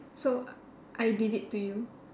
so I I did it to you